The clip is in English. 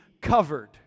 covered